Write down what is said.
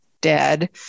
dead